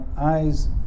eyes